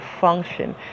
function